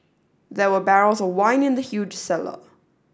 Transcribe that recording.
there were barrels of wine in the huge cellar